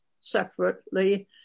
separately